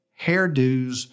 hairdos